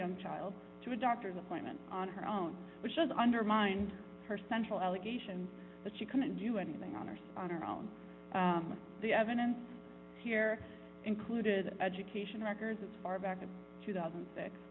young child to a doctor's appointment on her own which was undermined her central allegations that she couldn't do anything on earth on her own the evidence here included education records as far back as two thousand